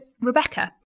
Rebecca